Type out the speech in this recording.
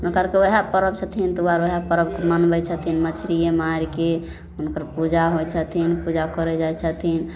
हुनकर आओरके वएह परब छथिन तऽ वएह परब मनबै छथिन मछरिए मारिके हुनकर पूजा होइ छथिन पूजा करै जाइ छथिन